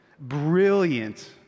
brilliant